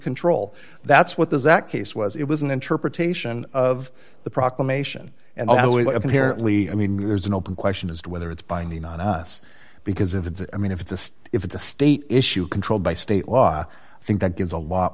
control that's what this that case was it was an interpretation of the proclamation and apparently i mean there's an open question as to whether it's binding on us because if it's i mean if this if it's a state issue controlled by state law i think that gives a lot